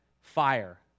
fire